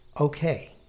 Okay